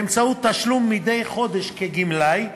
באמצעות תשלום מדי חודש כגמלאי,